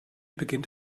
beginnt